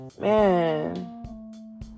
man